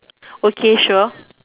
okay sure